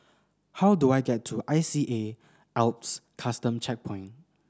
how do I get to I C A Alps Custom Checkpoint